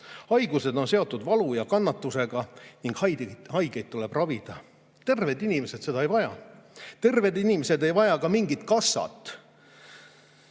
Haigused on seotud valu ja kannatusega ning haigeid tuleb ravida. Terved inimesed seda ei vaja. Terved inimesed ei vaja ka mingit kassat.